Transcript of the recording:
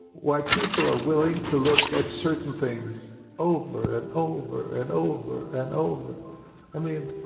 why people are willing to look at certain things over and over and over and over i mean